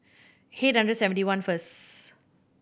eight hundred and seventy one first